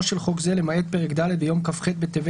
של חוק זה למעט פרק ד' ביום כ"ח בטבת